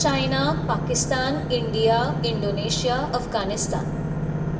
China Pakistan India Indonesia Afghanistan